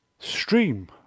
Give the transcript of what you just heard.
stream